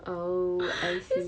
oh I see